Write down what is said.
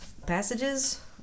Passages